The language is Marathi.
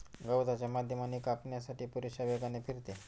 गवताच्या माध्यमाने कापण्यासाठी पुरेशा वेगाने फिरते